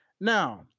Now